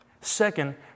Second